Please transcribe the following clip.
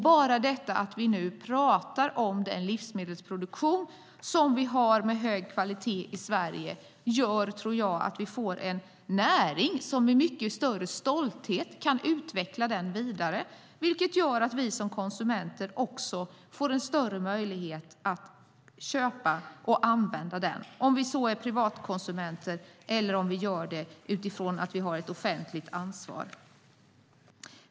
Bara detta att vi nu talar om den livsmedelsproduktion med hög kvalitet som vi har i Sverige gör att vi får en näring som med mycket större stolthet kan utveckla den vidare. Det gör att vi som konsumenter också får en större möjlighet att köpa och använda den om vi så är privatkonsumenter eller gör det utifrån att vi har ett offentligt ansvar.